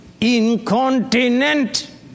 Incontinent